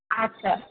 আচ্ছা